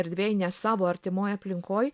erdvėje ne savo artimoj aplinkoj